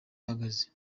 ahagaze